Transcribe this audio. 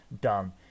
done